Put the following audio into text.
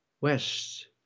West